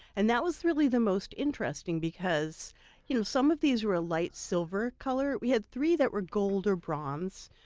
and that was the most interesting because you know some of these were a light silver color, we had three that were gold or bronze,